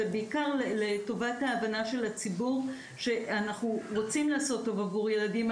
בעיקר לטובת ההבנה של הציבור שאנחנו רוצים לעשות טוב עבור ילדים.